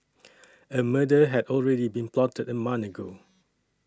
a murder had already been plotted a month ago